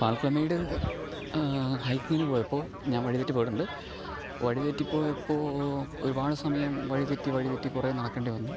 പാൽക്കുളമേട് ഹൈക്കിംഗിന് പോയപ്പോൾ ഞാൻ വഴി തെറ്റി പോയിട്ടുണ്ട് വഴി തെറ്റി പോയപ്പോൾ ഒരുപാട് സമയം വഴി തെറ്റി വഴി തെറ്റി കുറേ നടക്കേണ്ടി വന്നു